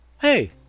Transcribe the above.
Hey